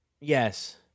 Yes